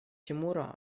тимура